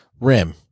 Rim